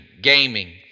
gaming